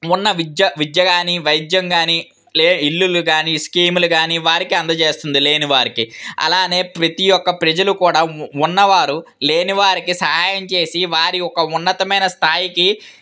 ఉన్న విద్య విద్య కానీ వైద్యం కానీ లే ఇళ్ళు కానీ స్కీములు కానీ వారికి అందచేస్తుంది లేని వారికి అలాగే ప్రతి ఒక్క ప్రజలు కూడా ఉన్నవారు లేనివారికి సహాయం చేసి వారి యొక్క ఉన్నతమైన స్థాయికి